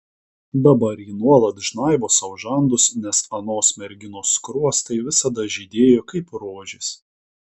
dabar ji nuolat žnaibo sau žandus nes anos merginos skruostai visada žydėjo kaip rožės